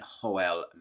Joel